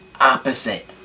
opposite